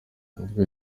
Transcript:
nibwo